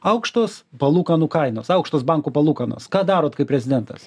aukštos palūkanų kainos aukštos bankų palūkanos ką darot kaip prezidentas